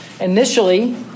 initially